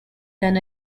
than